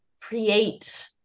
create